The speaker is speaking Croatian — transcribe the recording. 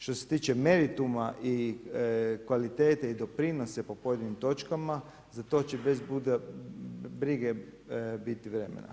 Što se tiče merituma i kvalitete i doprinose po pojedinim točkama za to će bez brige biti vremena.